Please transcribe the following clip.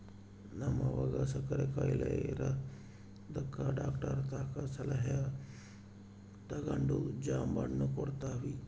ನಮ್ವಗ ಸಕ್ಕರೆ ಖಾಯಿಲೆ ಇರದಕ ಡಾಕ್ಟರತಕ ಸಲಹೆ ತಗಂಡು ಜಾಂಬೆಣ್ಣು ಕೊಡ್ತವಿ